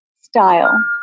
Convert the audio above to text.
style